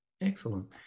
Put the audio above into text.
Excellent